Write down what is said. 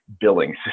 billing